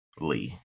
Lee